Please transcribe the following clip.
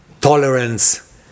tolerance